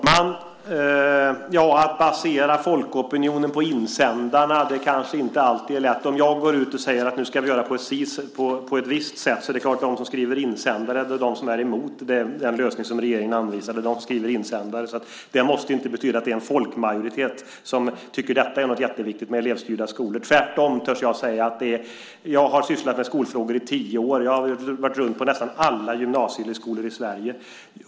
Herr talman! Att basera folkopinionen på insändare är kanske inte alltid lätt. Om jag går ut och säger att vi ska göra på ett visst sätt är det klart att det är de som är emot den lösning som regeringen anvisat som skriver insändare. Det måste alltså inte betyda att det är en folkmajoritet som tycker att det är jätteviktigt med elevstyrda skolor - tvärtom, törs jag säga. Jag har sysslat med skolfrågor i tio år och varit runt på nästan alla gymnasieskolor i Sverige.